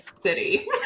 city